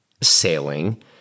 sailing